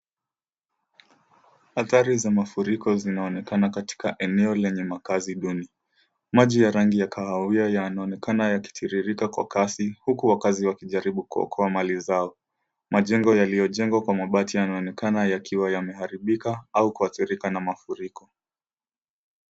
Hatari za mafuriko zinaonekana katika eneo lenye makazi duni. Maji ya rangi ya kahawia yanaonekana yakitiririka kwa kasi huku wakazi wakijaribu kuokoa mali zao. Majengo yaliyojengwa kwa mabati yanaonekana yakiwa yameharibika au kuathirika na mafuriko.